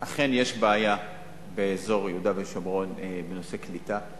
אכן יש בעיה באזור יהודה ושומרון בנושא קליטה.